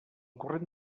corrent